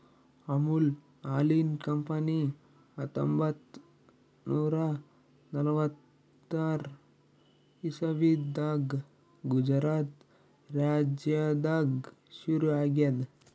ಅಮುಲ್ ಹಾಲಿನ್ ಕಂಪನಿ ಹತ್ತೊಂಬತ್ತ್ ನೂರಾ ನಲ್ವತ್ತಾರ್ ಇಸವಿದಾಗ್ ಗುಜರಾತ್ ರಾಜ್ಯದಾಗ್ ಶುರು ಆಗ್ಯಾದ್